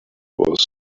was